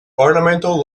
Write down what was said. ornamental